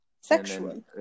Sexual